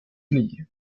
nie